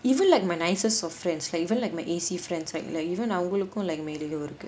even like my nicest of friends like even like my A_C friends right like even அவங்களுக்கு:avangaluku male ego இருக்கு:irukku